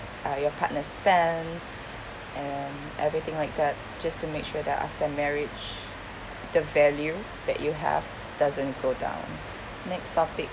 uh your partner spends and everything like that just to make sure that after marriage the value that you have doesn't go down next topic